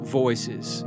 voices